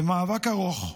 במאבק ארוך,